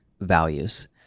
values